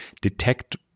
detect